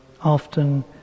often